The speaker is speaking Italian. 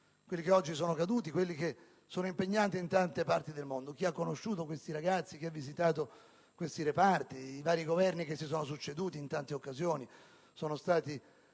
quelli che oggi sono caduti e quelli che sono impegnati in tante parti del mondo. Chi li ha conosciuti, chi ha visitato questi reparti, i vari Governi che si sono succeduti e che in tante occasione sono stati